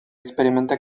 experimenta